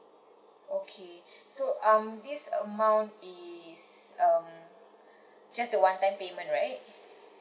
okay so um this amount is um just the one time payment right